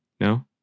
no